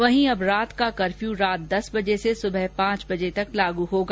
वहीं अब रात का कफर्य रात दस बजे से सबह पांच बजे तक लाग होगा